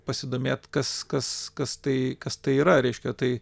pasidomėti kas kas kas tai kas tai yra reiškia tai